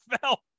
fell